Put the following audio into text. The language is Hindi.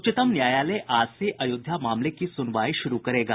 उच्चतम न्यायालय आज से अयोध्या मामले की सुनवाई शुरू करेगा